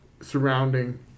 surrounding